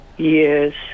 Yes